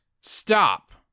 stop